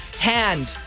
Hand